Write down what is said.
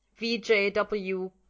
VJW